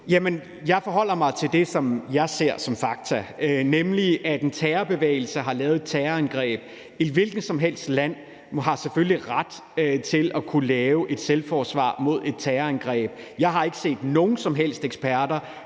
Jeg forholder mig til det, som jeg anser som fakta, nemlig at en terrorbevægelse har lavet et terrorangreb, og at et hvilket som helst land selvfølgelig har ret til at kunne lave et selvforsvar mod et terrorangreb. Jeg har ikke set nogen som helst eksperter